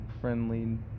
friendly